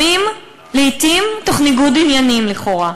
לעתים תוך ניגוד עניינים לכאורה.